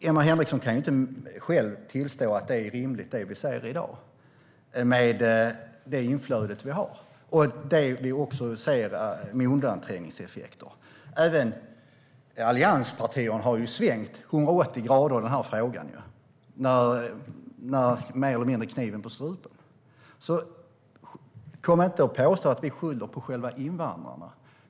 Emma Henriksson kan ju inte tillstå att det som sägs i dag är rimligt, med det inflöde Sverige har och de undanträngningseffekter man ser. Även allianspartierna har ju svängt 180 grader i frågan, mer eller mindre med kniven på strupen. Kom alltså inte och påstå att vi skyller på själva invandrarna!